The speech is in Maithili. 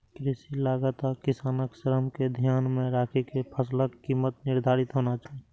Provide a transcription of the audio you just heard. कृषि लागत आ किसानक श्रम कें ध्यान मे राखि के फसलक कीमत निर्धारित होना चाही